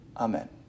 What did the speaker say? Amen